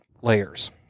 layers